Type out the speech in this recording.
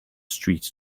street